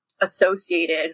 associated